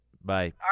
Bye